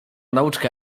nauczkę